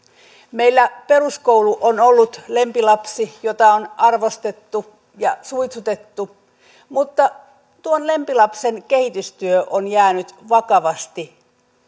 meillä peruskoulu on ollut lempilapsi jota on arvostettu ja suitsutettu mutta tuon lempilapsen kehitystyö on jäänyt vakavasti